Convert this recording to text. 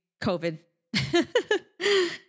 covid